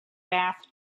bath